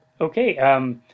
Okay